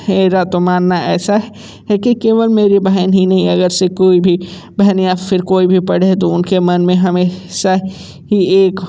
मेरा तो मानना ऐसा है कि केवल मेरी बहन ही नहीं अगर से कोई भी बहन या फिर कोई भी पड़े तो उनके मन में हमेशा ही एक